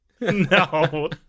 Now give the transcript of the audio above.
No